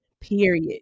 period